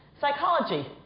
psychology